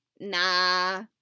nah